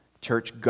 church